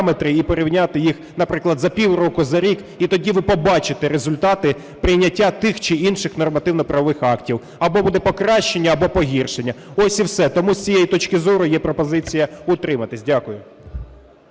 і порівняти їх, наприклад, за півроку, за рік. І тоді ви побачите результати прийняття тих чи інших нормативно-правових актів, або буде покращення, або погіршення. Ось і все. Тому з цієї точки зору є пропозиція утриматись. Дякую.